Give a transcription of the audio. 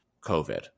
covid